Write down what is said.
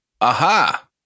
Aha